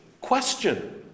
question